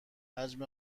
حجم